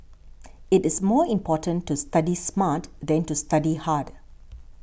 it is more important to study smart than to study hard